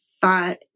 thought